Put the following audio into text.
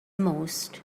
most